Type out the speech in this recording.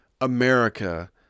America